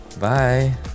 Bye